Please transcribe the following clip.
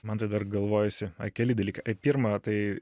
mantai dar galvojasi ai keli dalykai pirma tai